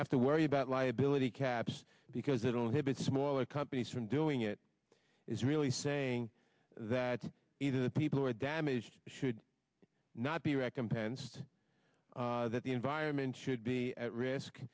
have to worry about liability caps because it only gets smaller companies from doing it is really saying that even the people who are damaged should not be recompensed that the environment should be at risk